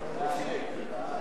להצביע.